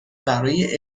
برای